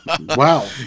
Wow